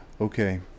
Okay